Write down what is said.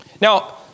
Now